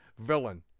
villain